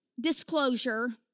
disclosure